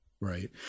Right